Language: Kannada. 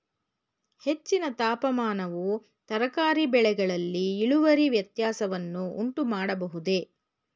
ಹೆಚ್ಚಿನ ತಾಪಮಾನವು ತರಕಾರಿ ಬೆಳೆಗಳಲ್ಲಿ ಇಳುವರಿ ವ್ಯತ್ಯಾಸವನ್ನು ಉಂಟುಮಾಡಬಹುದೇ?